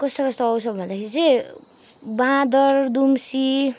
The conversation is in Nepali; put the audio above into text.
कस्तो कस्तो आउँछ भन्दाखेरि चाहिँ बाँदर दुम्सी